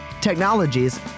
technologies